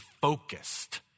focused